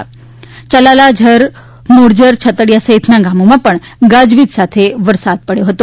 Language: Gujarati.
યલાલા ઝર મોરજર છતડીયા સહિતના ગામોમાં પણ ગાજવીજ સાથે વરસાદ પડ્યો હતો